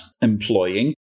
employing